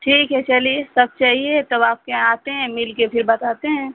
ठीक है चलिए सब चाहिए तब आप के यहाँ आते हैं मिलकर फिर बताते हैं